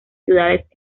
ciudades